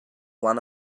one